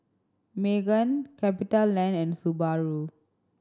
Megan CapitaLand and Subaru